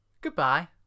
goodbye